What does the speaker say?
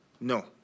No